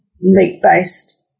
meat-based